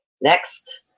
Next